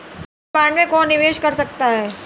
इस बॉन्ड में कौन निवेश कर सकता है?